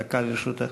דקה לרשותך.